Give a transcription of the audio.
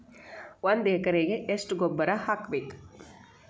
ಒಂದ್ ಎಕರೆಗೆ ಎಷ್ಟ ಗೊಬ್ಬರ ಹಾಕ್ಬೇಕ್?